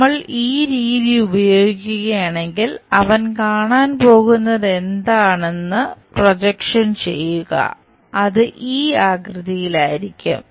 നമ്മൾ ഈ രീതി ഉപയോഗിക്കുകയാണെകിൽ അവൻ കാണാൻ പോകുന്നതെന്താണെന്ന് പ്രൊജക്ഷൻ ചെയ്യുക അത് ഈ ആകൃതിയിലായിരിക്കും